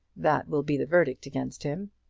that will be the verdict against him.